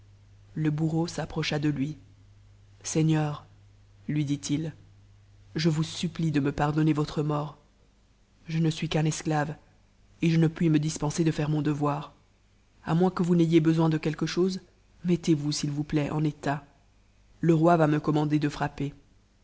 le bourreau s'approcha de lui seigneur t i je vous supplie de me pardonner votre mort je ne suis qu'un hve et je ne puis me dispenser de faire mon devoir à moins que vous besoin de quelque chose mettez-vous s'il vous plaît en état roi va me commander de frapper